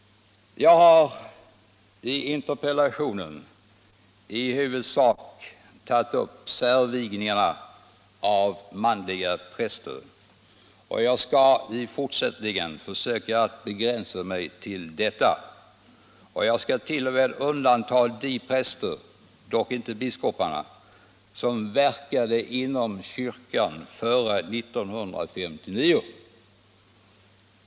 Jag har i interpellationen tagit upp i huvudsak särvigningarna av manliga präster, och jag skall i fortsättningen försöka att begränsa mig till detta. Jag skall t.o.m. undanta de präster — dock inte biskoparna — som verkade inom kyrkan före 1959.